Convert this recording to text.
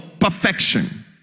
perfection